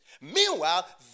Meanwhile